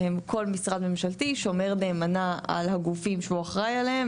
כל משרד ממשלתי שומר נאמנה על הגופים שהוא אחראי עליהם,